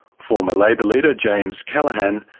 former labour leader james callaghan,